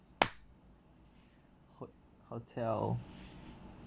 ho~ hotel